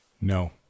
No